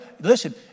Listen